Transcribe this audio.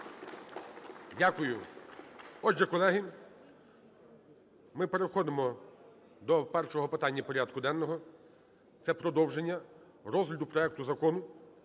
Дякую. Отже, колеги, ми переходимо до першого питання порядку денного. Це продовження розгляду проекту Закону